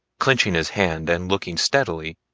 clenching his hand and looking steadily,